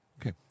Okay